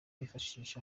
wifashishwa